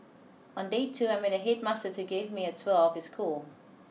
on day two I met a headmaster who gave me a tour of his school